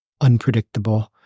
unpredictable